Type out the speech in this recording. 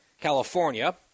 California